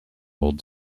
old